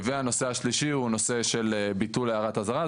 הנושא השלישי הוא נושא של ביטול הערת אזהרה,